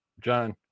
John